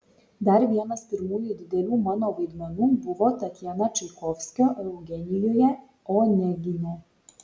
dar vienas pirmųjų didelių mano vaidmenų buvo tatjana čaikovskio eugenijuje onegine